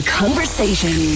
conversation